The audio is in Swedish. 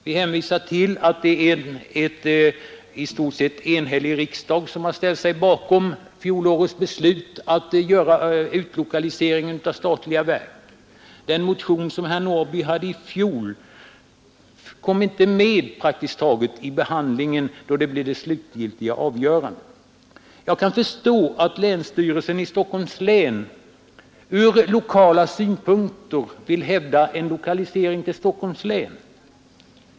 Vi hänvisar till att en i stort sett enig riksdag stod bakom fjolårets beslut om utlokaliseringen av statliga verk. Den motion som herr Norrby hade i fjol kom praktiskt taget inte med vid behandlingen inför det slutliga avgörandet. Jag kan förstå att länsstyrelsen i Stockholms län ur lokala synpunkter vill förorda en lokalisering till Stockholms län.